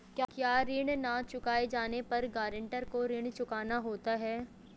क्या ऋण न चुकाए जाने पर गरेंटर को ऋण चुकाना होता है?